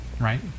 right